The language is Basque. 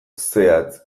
zehatz